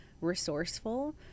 Resourceful